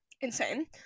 insane